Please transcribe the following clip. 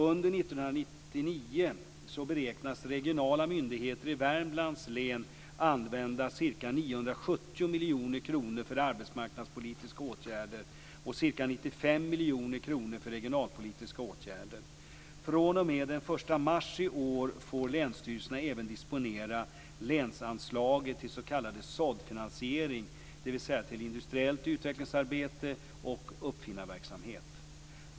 Under 1999 beräknas regionala myndigheter i 1 mars i år får länsstyrelserna även disponera länsanslaget till s.k. såddfinansiering, dvs. till industriellt utvecklingsarbete och uppfinnarverksamhet.